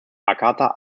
arcata